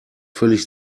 völlig